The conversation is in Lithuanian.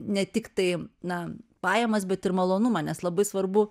ne tiktai na pajamas bet ir malonumą nes labai svarbu